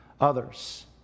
others